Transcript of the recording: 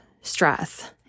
stress